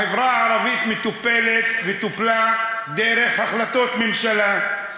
החברה הערבית מטופלת וטופלה דרך החלטות ממשלה.